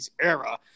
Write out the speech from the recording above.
era